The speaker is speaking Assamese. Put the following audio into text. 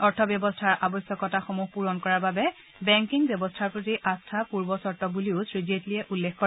অৰ্থব্যৱস্থাৰ আৱশ্যকতাসমূহ পূৰণ কৰাৰ বাবে বেংকিং ব্যৱস্থাৰ প্ৰতি আস্থা পূৰ্বচৰ্ত বুলিও শ্ৰীজেট্লীয়ে উল্লেখ কৰে